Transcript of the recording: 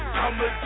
i'ma